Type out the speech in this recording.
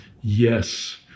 yes